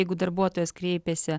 jeigu darbuotojas kreipėsi